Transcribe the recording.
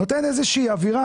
זה נותן איזו שהיא אווירה,